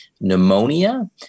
pneumonia